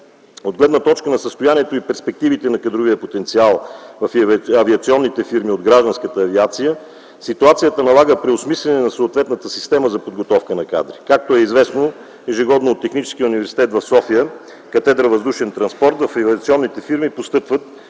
От гледна точка на състоянието и перспективите на кадровия потенциал в авиационните фирми от гражданската авиация, ситуацията налага преосмисляне на съответната система за подготовка на кадри. Както е известно, ежегодно от Техническия университет в София, катедра „Въздушен транспорт” в авиационните фирми постъпват